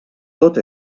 tot